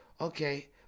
okay